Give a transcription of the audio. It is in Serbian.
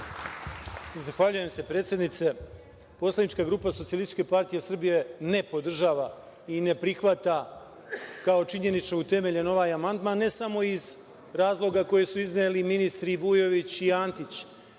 Zahvaljujem se, predsednice. Poslanička grupa SPS, ne podržava i ne prihvata kao činjenično utemeljen ovaj amandman, ne samo iz razloga koji su izneli ministri Vujović i Antić,